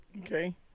okay